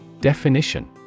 Definition